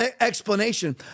explanation